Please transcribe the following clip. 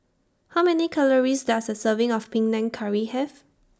How Many Calories Does A Serving of Panang Curry Have